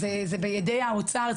זה בידי האוצר.